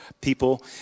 people